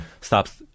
stops